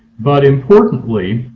but importantly,